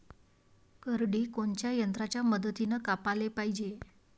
करडी कोनच्या यंत्राच्या मदतीनं कापाले पायजे?